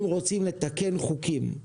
אם רוצים לתקן חוקים,